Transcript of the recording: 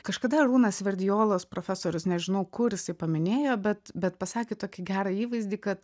kažkada arūnas sverdiolas profesorius nežinau kur jisai paminėjo bet bet pasakė tokį gerą įvaizdį kad